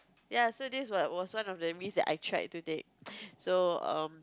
ya so this what was one of the risk that I tried to take so um